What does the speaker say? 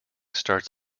starts